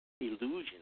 illusion